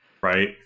Right